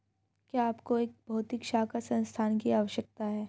क्या आपको एक भौतिक शाखा स्थान की आवश्यकता है?